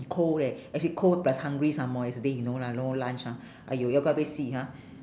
cold leh actually cold plus hungry some more yesterday you know lah no lunch ah !aiyo! yau ga bei si ha